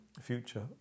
future